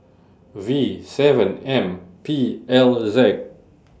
V seven M P L Z